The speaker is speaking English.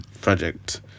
project